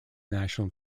national